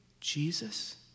Jesus